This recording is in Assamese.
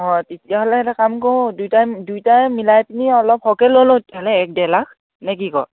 অঁ তেতিয়াহ'লে এটা কাম কৰোঁ দুইটাই দুইটাই মিলাই পিনি অলপ সৰহকৈ লৈ লওঁ তেতিয়াহ'লে এক ডেৰলাখ নে কি ক